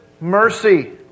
mercy